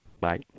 Bye